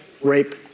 rape